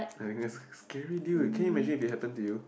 I guess scary deal can you imagine if it happen to you